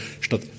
statt